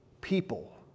people